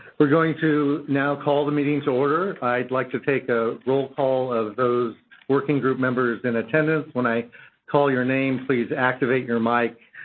we're going to now call the meeting to order. i'd like to take a roll call of those working group members in attendance. when i call your name please activate your mic,